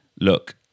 look